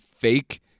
fake